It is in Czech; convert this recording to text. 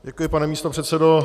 Děkuji, pane místopředsedo.